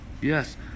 Yes